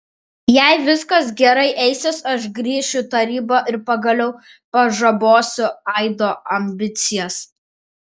jei viskas gerai eisis aš grįšiu į tarybą ir pagaliau pažabosiu aido ambicijas